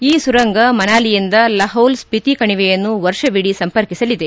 ಈ ಸುರಂಗ ಮನಾಲಿಯಿಂದ ಲಹೌಲ್ ಸ್ವಿತಿ ಕಣಿವೆಯನ್ನು ವರ್ಷವಿಡೀ ಸಂಪರ್ಕಿಸಲಿದೆ